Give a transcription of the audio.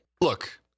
Look